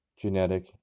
genetic